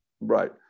right